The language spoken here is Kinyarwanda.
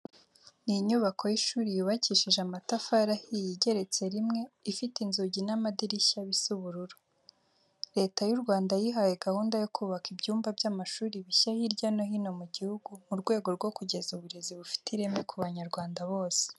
Ni inyubako y'ishuri yubakishije amatafari ahiye igeretse rimwe, ifite inzugi n'amadirishya bisa ubururu. Leta y'u Rwanda yihaye gahunda yo kubaka ibyumba by'amashuri bishya hirya no hino mu gihugu mu rwego rwo kugeza uburezi bufite ireme ku banyarwanda bose.